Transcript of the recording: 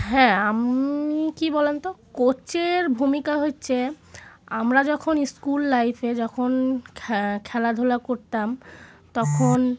হ্যাঁ আমি কী বলুন তো কোচের ভূমিকা হচ্ছে আমরা যখন স্কুল লাইফে যখন খ্যা খেলাধুলা করতাম তখন